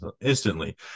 instantly